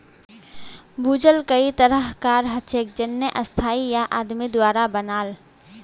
भूजल कई तरह कार हछेक जेन्ने स्थाई या आदमी द्वारा बनाल